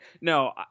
No